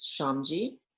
Shamji